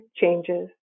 changes